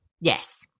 Yes